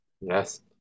yes